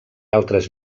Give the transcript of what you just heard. altres